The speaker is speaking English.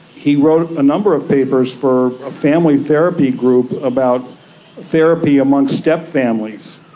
he wrote a number of papers for a family therapy group about therapy amongst stepfamilies,